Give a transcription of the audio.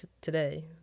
today